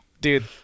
dude